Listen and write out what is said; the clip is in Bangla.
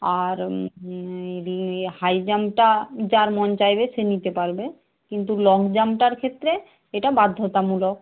আর হাই জাম্পটা যার মন চাইবে সে নিতে পারবে কিন্তু লং জাম্পটার ক্ষেত্রে এটা বাধ্যতামূলক